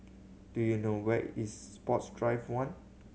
do you know where is Sports Drive One